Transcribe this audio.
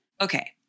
Okay